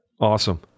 Awesome